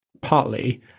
partly